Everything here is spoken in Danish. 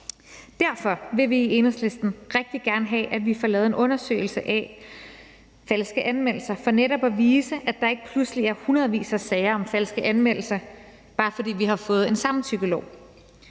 Derfor vil vi i Enhedslisten rigtig gerne have, at vi får lavet en undersøgelse af falske anmeldelser. Det er netop for at vise, at der ikke pludselig er hundredvis af sager om falske anmeldelser, bare fordi vi har fået en samtykkelov.